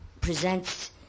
presents